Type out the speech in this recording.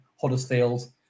Huddersfield